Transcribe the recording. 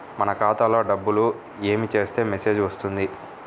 మన ఖాతాలో డబ్బులు ఏమి చేస్తే మెసేజ్ వస్తుంది?